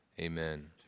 amen